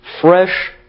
fresh